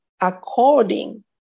according